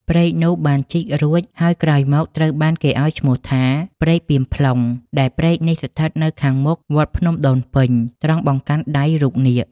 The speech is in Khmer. ព្រែកនោះបានជីករួច ហើយក្រោយមកត្រូវបានគេឱ្យឈ្មោះថា "ព្រែកពាមផ្លុង" ដែលព្រែកនេះស្ថិតនៅខាងមុខ វត្តភ្នំដូនពេញ ត្រង់បង្កាន់ដៃរូបនាគ។